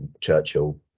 Churchill